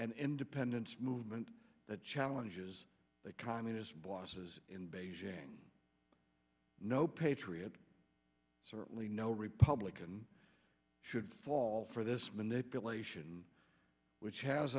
and independence movement that challenges the communist bosses in beijing no patriot certainly no republican should fall for this manipulation which has